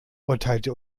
urteilte